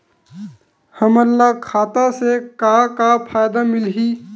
हमन ला खाता से का का फ़ायदा मिलही?